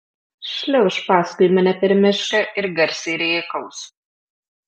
šliauš paskui mane per mišką ir garsiai rėkaus